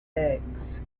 eggs